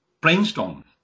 Brainstorm